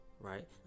Right